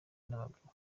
n’abagabo